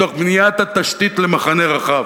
מתוך בניית התשתית למחנה רחב,